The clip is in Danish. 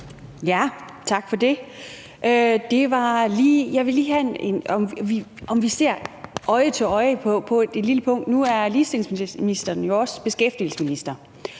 vil lige høre, om vi ser øje til øje på et lille punkt. Nu er ligestillingsministeren jo også beskæftigelsesminister,